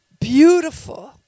beautiful